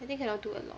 then cannot do alot